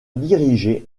diriger